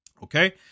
Okay